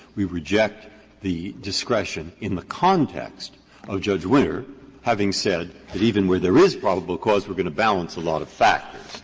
we reject the discretion in the context of judge widener having said that even where there is probable cause, we are going to balance a lot of factors,